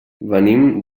venim